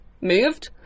moved